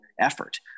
effort